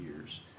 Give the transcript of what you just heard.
years